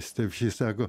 stepšys sako